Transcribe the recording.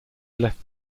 left